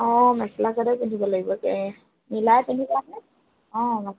অঁ মেখেলা চাদৰ পিন্ধিব লাগিব তাকে মিলাই পিন্ধিবা নে অঁ